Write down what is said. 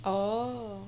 oh